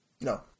No